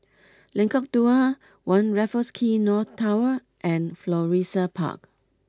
Lengkok Dua One Raffles Quay North Tower and Florissa Park